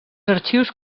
arxius